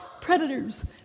predators